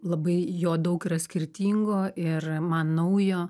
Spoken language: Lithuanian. labai jo daug yra skirtingo ir man naujo